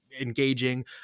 engaging